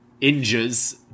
injures